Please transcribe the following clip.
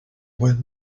wind